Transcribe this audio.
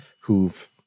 who've